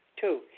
Two